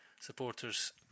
supporters